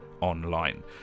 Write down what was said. online